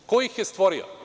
Ko ih je stvorio?